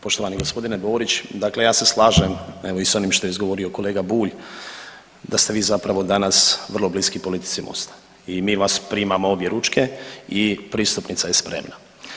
Poštovani g. Borić, dakle ja se slažem naime i s onim što je izgovorio kolega Bulj da ste vi zapravo danas vrlo bliski politici Mosta i mi vas primamo objeručke i pristupnica je spremna.